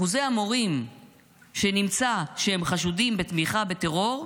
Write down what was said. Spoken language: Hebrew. אחוז המורים שנמצא שהם חשודים בתמיכה בטרור,